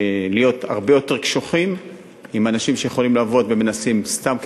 להיות הרבה יותר קשוחים עם אנשים שיכולים לעבוד ומנסים סתם,